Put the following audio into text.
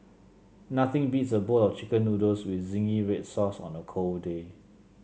nothing beats a bowl of chicken noodles with zingy red sauce on a cold day